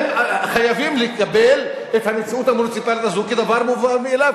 והם חייבים לקבל את המציאות המוניציפלית הזאת כדבר מובן מאליו,